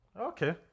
Okay